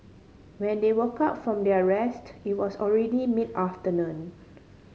when they woke up from their rest it was already mid afternoon